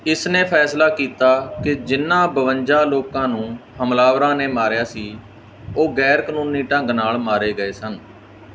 ਇਸ ਨੇ ਫੈਸਲਾ ਕੀਤਾ ਕਿ ਜਿਨ੍ਹਾਂ ਬਵੰਜਾ ਲੋਕਾਂ ਨੂੰ ਹਮਲਾਵਰਾਂ ਨੇ ਮਾਰਿਆ ਸੀ ਉਹ ਗੈਰ ਕਾਨੂੰਨੀ ਢੰਗ ਨਾਲ ਮਾਰੇ ਗਏ ਸਨ